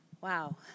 Wow